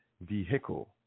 vehicle